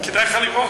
אז כדאי לך לראות.